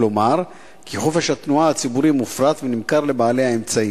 כלומר חופש התנועה הציבורי מופרט ונמכר לבעלי האמצעים.